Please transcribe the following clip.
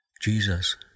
Jesus